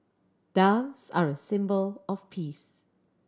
doves are a symbol of peace